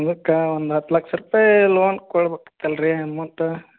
ಅದಕ್ಕೆ ಒಂದು ಹತ್ತು ಲಕ್ಷ ರೂಪಾಯಿ ಲೋನ್ ಕೊಡಬೇಕ್ಕಿತ್ತಲ್ರೀ ಅಮೌಂಟ